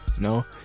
No